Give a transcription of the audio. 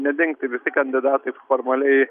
nedings tai visi kandidatai formaliai